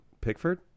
Pickford